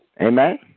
Amen